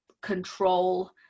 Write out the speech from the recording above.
control